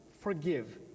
forgive